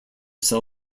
cell